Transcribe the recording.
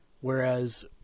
whereas